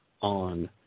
on